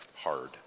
hard